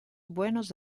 buenos